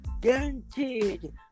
guaranteed